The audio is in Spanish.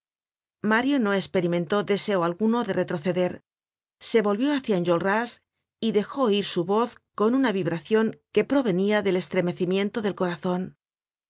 mario no esperimentó deseo alguno de retroceder se volvió hácia enjolras y dejó oir su voz con una vibracion que provenia del estremecimiento del corazon no